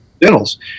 dentals